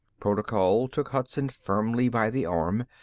protocol took hudson firmly by the arm.